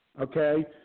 okay